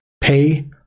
Pay